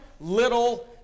little